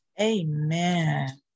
Amen